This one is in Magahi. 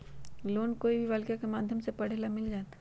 लोन कोई भी बालिका के माध्यम से पढे ला मिल जायत?